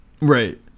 Right